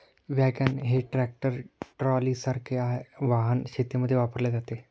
wagon हे tractor ट्रॉलीसारखे वाहन शेतीमध्ये वापरले जाते